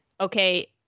okay